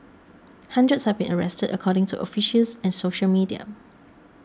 hundreds have been arrested according to officials and social media